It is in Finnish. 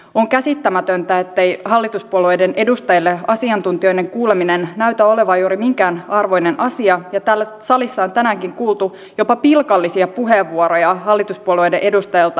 on käsittämätöntä ettei hallituspuolueiden edustajille asiantuntijoiden kuuleminen näytä olevan juuri minkään arvoinen asia ja täällä salissa on tänäänkin kuultu jopa pilkallisia puheenvuoroja hallituspuolueiden edustajilta asiantuntijakuulemisia kohtaan